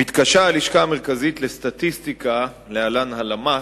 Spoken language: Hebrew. הלשכה המרכזית לסטטיסטיקה, להלן: הלמ"ס,